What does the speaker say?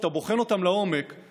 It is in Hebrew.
כשאתה בוחן אותן לעומק,